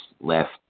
left